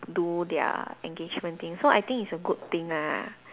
do their engagement thing so I think it's a good thing ah